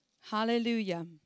Hallelujah